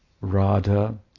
Radha